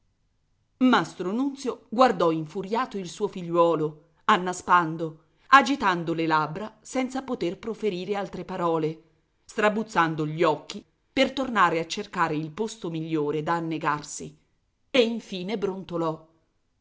nunzio guardò infuriato il suo figliuolo annaspando agitando le labbra senza poter proferire altre parole strabuzzando gli occhi per tornare a cercare il posto migliore da annegarsi e infine brontolò